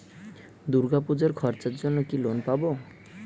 দূর্গাপুজোর খরচার জন্য কি লোন পাব?